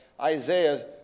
Isaiah